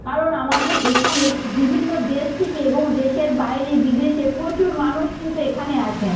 কারণ আমাদের এখানে বিভিন্ন দেশ থেকে এবং দেশের বাইরে বিদেশে প্রচুর মানুষ কিন্তু এখানে আসেন